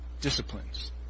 disciplines